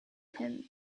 him